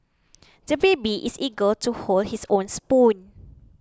the baby is eager to hold his own spoon